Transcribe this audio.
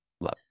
love